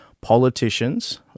Politicians